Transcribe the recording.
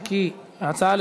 קביעת הזכאות